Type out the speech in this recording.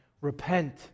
Repent